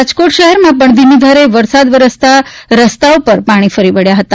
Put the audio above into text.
રાજકોટ શહેરમાં પણ ધીમી ધારે વરસાદ વરસતા રસ્તાઓ પર પાણી ભરાયા હતા